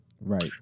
Right